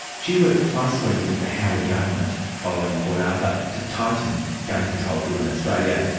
she worked closely with the howard government following port arthur to tighten gun control here in australia.